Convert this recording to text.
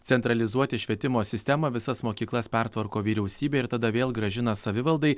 centralizuoti švietimo sistemą visas mokyklas pertvarko vyriausybė ir tada vėl grąžina savivaldai